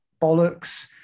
bollocks